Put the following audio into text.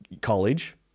College